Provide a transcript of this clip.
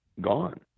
gone